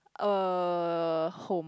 uh home